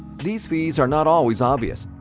these fees are not always obvious,